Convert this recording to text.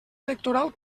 electoral